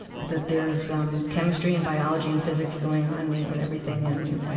that there's um chemistry and biology and physics going on, you know, in everything in,